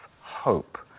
hope